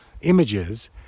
images